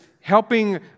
helping